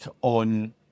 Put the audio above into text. on